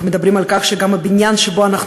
אנחנו מדברים על כך שגם הבניין שבו אנחנו